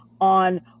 on